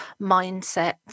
mindset